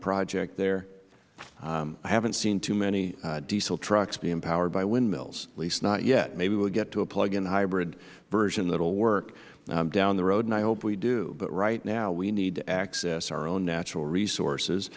project there i haven't seen too many diesel trucks being powered by windmills at least not yet maybe we will get to a plug in hybrid version that will work down the road and i hope we do but right now we need to access our own natural resources